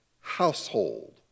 household